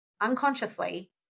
unconsciously